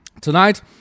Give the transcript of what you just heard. tonight